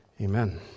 Amen